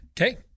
Okay